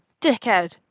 dickhead